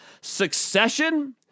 Succession